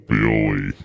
Billy